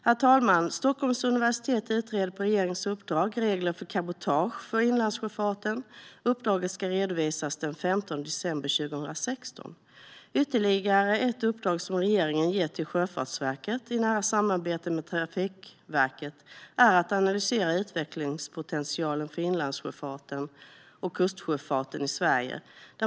Herr talman! Stockholms universitet utreder på regeringens uppdrag regler för cabotage för inlandssjöfarten, och uppdraget ska redovisas den 15 december 2016. Regeringen har dessutom gett Sjöfartsverket, i nära samarbete med Trafikverket, i uppdrag att analysera utvecklingspotentialen för inlandssjöfarten och kustsjöfarten i Sverige.